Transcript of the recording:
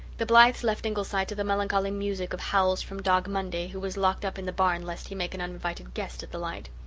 the blythes left ingleside to the melancholy music of howls from dog monday, who was locked up in the barn lest he make an uninvited guest at the light.